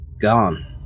gone